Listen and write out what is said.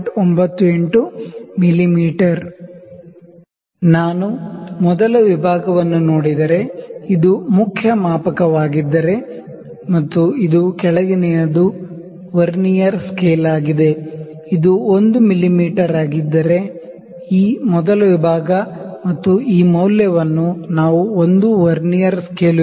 me ನಾನು ಮೊದಲ ವಿಭಾಗವನ್ನು ನೋಡಿದರೆ ಇದು ಮೇನ್ ಸ್ಕೇಲ್ ಆಗಿದ್ದರೆ ಮತ್ತು ಇದು ಕೆಳಗಿನದು ವರ್ನಿಯರ್ ಸ್ಕೇಲ್ ಆಗಿದೆ ಇದು 1 ಮಿಮೀ ಆಗಿದ್ದರೆ ಈ ಮೊದಲ ವಿಭಾಗ ಮತ್ತು ಈ ಮೌಲ್ಯವನ್ನು ನಾವು ಒಂದು ವರ್ನಿಯರ್ ಸ್ಕೇಲ್ ವಿಭಾಗವು 0